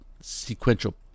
sequential